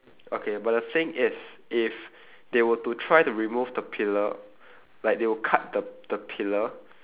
okay but the thing is if they were to try to remove the pillar like they would cut the the pillar